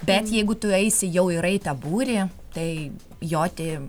bet jeigu tu eisi jau į raitą būrį tai joti